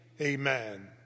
Amen